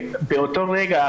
באותו רגע